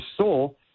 soul